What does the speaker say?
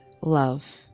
love